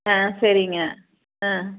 ஆ சரிங்க ஆ